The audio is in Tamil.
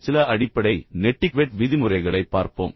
இப்போது சில அடிப்படை நெட்டிக்வெட் விதிமுறைகளைப் பார்ப்போம்